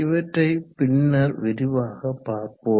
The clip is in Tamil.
இவற்றை பின்னர் விரிவாகப் பார்ப்போம்